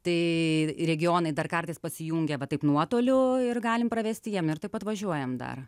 tai regionai dar kartais pasijungia va taip nuotoliu ir galim pravesti jiem ir taip pat važiuojam dar